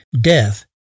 death